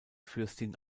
fürstin